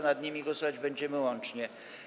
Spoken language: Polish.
Nad nimi głosować będziemy łącznie.